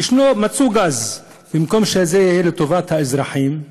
מצאו גז, במקום שזה יהיה לטובת האזרחים,